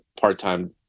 part-time